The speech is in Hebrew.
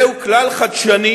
זהו כלל חדשני,